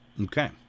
Okay